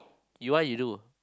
you want you do